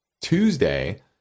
Tuesday